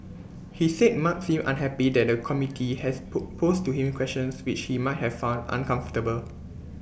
he said mark seemed unhappy that the committee has pull posed to him questions which he might have found uncomfortable